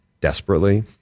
desperately